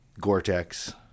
Gore-Tex